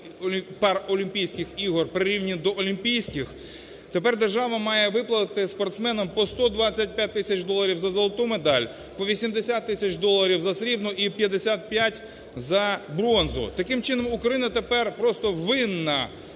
Паралімпійських ігор прирівняні до олімпійських. Тепер держава має виплатити спортсменам по 125 тисяч доларів за золоту медаль, по 80 тисяч доларів – за срібну і 55 – за бронзу. Таким чином Україна тепер просто винна